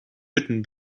hütten